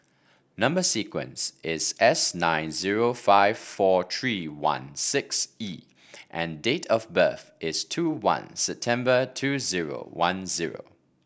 number sequence is S nine zero five four three one six E and date of birth is two one September two zero one zero